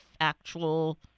actual